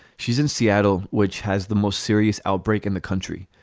she's in seattle, which has the most serious outbreak in the country.